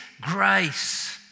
grace